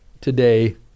today